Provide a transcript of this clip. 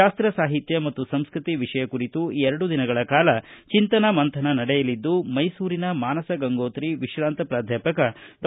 ಶಾಸ್ತಸಾಹಿತ್ಯ ಮತ್ತು ಸಂಸ್ತತಿ ವಿಷಯ ಕುರಿತು ಎರಡು ದಿನಗಳ ಕಾಲ ಚಿಂತನ ಮಂಥನ ನಡೆಯಲಿದ್ದು ಮೈಸೂರಿನ ಮಾನಸ ಗಂಗೋತ್ರಿ ವಿಶ್ರಾಂತ ಪ್ರಾಧ್ಯಾಪಕ ಡಾ